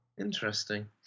Interesting